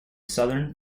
southern